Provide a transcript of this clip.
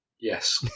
Yes